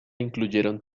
incluyeron